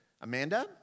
Amanda